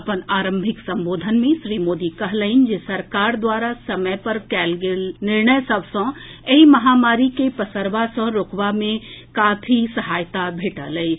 अपन आरंभिक संबोधन मे श्री मोदी कहलनि जे सरकार द्वारा समय पर कएल गेल निर्णय सभ सॅ एहि महामारी के पसरबा सॅ रोकबा मे बेस सहायता भेटल अछि